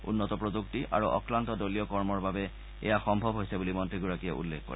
উন্নত প্ৰযুক্তি আৰু অক্লান্ত দলীয় কৰ্মৰ বাবে এয়া সম্ভৱ হয় বুলি মন্ত্ৰীগৰাকীয়ে উল্লেখ কৰে